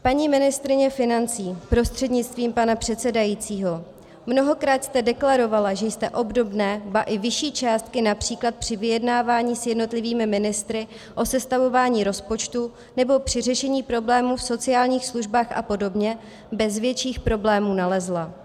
Paní ministryně financí prostřednictvím pana předsedajícího, mnohokrát jste deklarovala, že jste obdobné, ba i vyšší částky, například při vyjednávání s jednotlivými ministry o sestavování rozpočtu nebo při řešení problémů v sociálních službách a podobně, bez větších problémů nalezla.